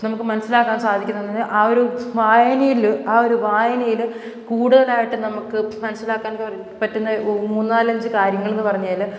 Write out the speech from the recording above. നമുക്ക് മനസ്സിലാക്കാൻ സാധിക്കുന്നതെന്ന് ആ ഒരു വായനയിൽ ആ ഒരു വായനയിൽ കൂടുതലായിട്ട് നമുക്ക് മനസ്സിലാക്കാൻ പറ്റുന്ന ഉ മൂന്ന് നാലഞ്ചു കാര്യങ്ങളെന്നു പറഞ്ഞാൽ